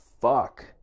fuck